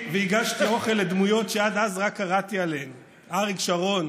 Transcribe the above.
שירתי והגשתי אוכל לדמויות שעד אז רק קראתי עליהן: אריק שרון